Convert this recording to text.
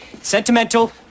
sentimental